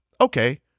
okay